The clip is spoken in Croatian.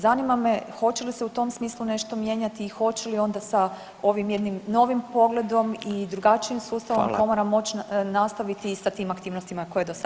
Zanima me hoće li se u tom smislu nešto mijenjati i hoće li ona sa ovim jednim novim pogledom i drugačijim sustavom komora moći nastaviti i sa tim aktivnostima koje je do sada radila.